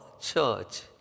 church